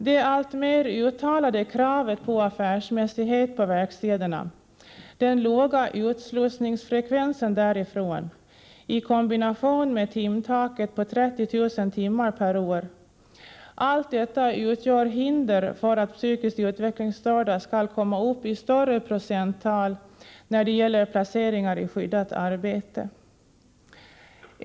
Det alltmer uttalade kravet på affärsmässighet på verkstäderna, den låga utslussningsfrekvensen i kombination med timtaket på 30 000 timmar per år, allt detta utgör hinder för att psykiskt utvecklingsstörda skall komma upp i större procenttal när det gäller placeringar i skyddat arbete.